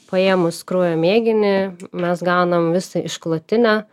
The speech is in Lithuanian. paėmus kraujo mėginį mes gaunam visą išklotinę